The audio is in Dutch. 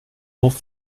hof